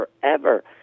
forever